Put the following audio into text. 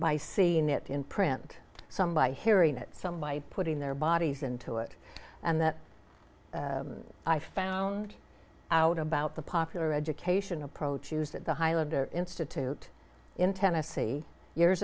by seeing it in print some by hearing it some by putting their bodies into it and that i found out about the popular education approach used at the highlander institute in tennessee years